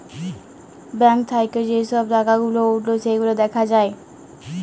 bank থাক্যে যে সব টাকা গুলা উঠল সেগুলা দ্যাখা যায়